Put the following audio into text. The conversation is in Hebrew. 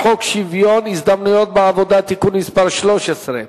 (בתי-ספר מקצועיים),